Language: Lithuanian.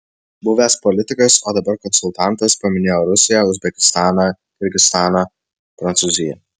buvęs politikas o dabar konsultantas paminėjo rusiją uzbekistaną kirgizstaną prancūziją